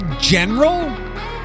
general-